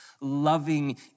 loving